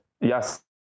yes